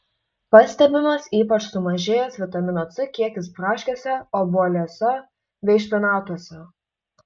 pastebimas ypač sumažėjęs vitamino c kiekis braškėse obuoliuose bei špinatuose